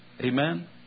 Amen